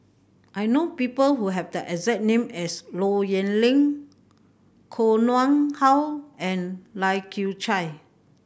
I know people who have the exact name as Low Yen Ling Koh Nguang How and Lai Kew Chai